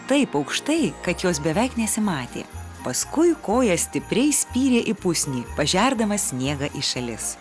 taip aukštai kad jos beveik nesimatė paskui koja stipriai spyrė į pusnį pažerdamas sniegą į šalis